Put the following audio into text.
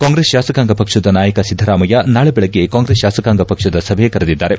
ಕಾಂಗ್ರೆಸ್ ಶಾಸಕಾಂಗ ಪಕ್ಷದ ನಾಯಕ ಸಿದ್ದರಾಮಯ್ತ ನಾಳೆ ಬೆಳಗ್ಗೆ ಕಾಂಗ್ರೆಸ್ ಶಾಸಕಾಂಗ ಪಕ್ಷದ ಸಭೆ ಕರೆದಿದ್ದಾರೆ